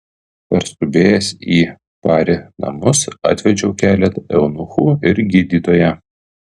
parskubėjęs į pari namus atvedžiau keletą eunuchų ir gydytoją